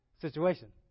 situation